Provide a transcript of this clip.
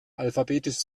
alphabetisch